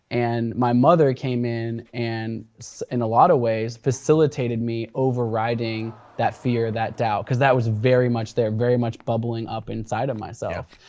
and my mother came in and in a lot of ways, facilitated me overriding that fear, that doubt. cause that was very much there, very much bubbling up inside of myself.